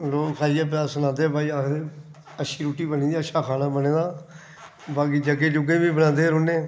लोक खाइयै बाद च सनांदे भाई आखदे अच्छी रुट्टी बनी दी अच्छा खाना बने दा बाकी जग्गें जुग्गे बनांदे रौह्ने आं